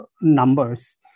numbers